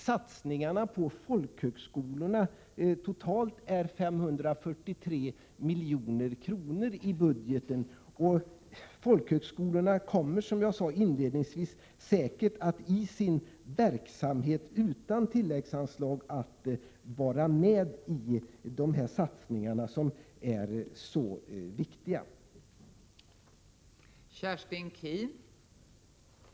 Satsningarna på folkhögskolorna uppgår totalt till 543 milj.kr. i budgeten. Folkhögskolorna kommer, som jag sade inledningsvis, säkert även utan tilläggsanslag att genom sin verksamhet vara med i de här aktuella satsningarna, som är så viktiga. tiska insatser i delar av Bergslagen och norra Sveriges inland